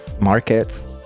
markets